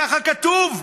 כך כתוב,